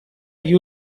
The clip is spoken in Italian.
gli